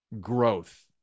growth